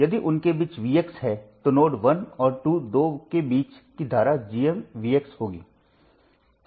यदि उनके बीच Vx है तो नोड 1 और 2 दो के बीच की धारा GmVx होगी